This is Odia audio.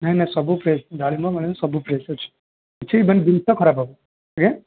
ନାଇ ନାଇ ସବୁ ଫ୍ରେସ ଡାଳିମ୍ବ ଫାଳିମ୍ବ ସବୁ ଫ୍ରେସ ଅଛି ଜିନିଷ ଖରାପ ହେବନି ଆଜ୍ଞା